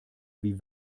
wie